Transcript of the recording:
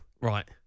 right